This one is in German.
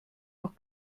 noch